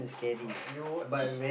you watch